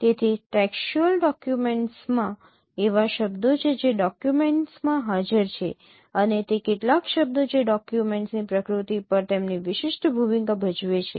તેથી ટેક્ષ્ટચ્યુલ ડોકયુમેન્ટ્સમાં એવા શબ્દો છે જે ડોકયુમેન્ટ્સમાં હાજર છે અને તે કેટલાક શબ્દો જે ડોકયુમેન્ટ્સની પ્રકૃતિ પર તેમની વિશિષ્ટ ભૂમિકા ભજવે છે